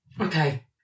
Okay